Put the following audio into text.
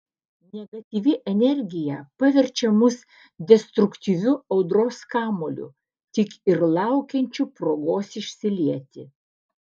negatyvi energija paverčia mus destruktyviu audros kamuoliu tik ir laukiančiu progos išsilieti